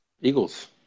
Eagles